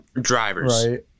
drivers